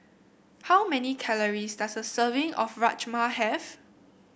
how many calories does a serving of Rajma have